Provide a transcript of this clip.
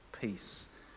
peace